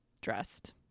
dressed